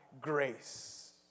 Grace